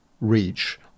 reach